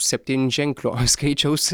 septynženklio skaičiaus